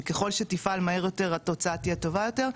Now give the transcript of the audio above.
שככל שתפעל מהר יותר התוצאה תהיה טובה יותר,